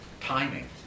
timing